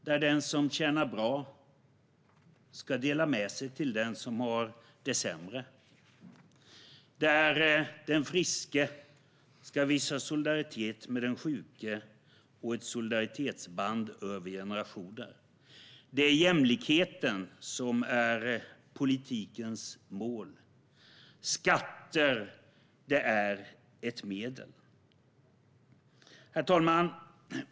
Den som tjänar bra ska dela med sig till den som har det sämre. Den friske ska visa solidaritet med den sjuke, och det ska finnas ett solidaritetsband över generationerna. Det är jämlikheten som är politikens mål. Skatter är ett medel. Herr talman!